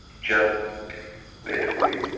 just basically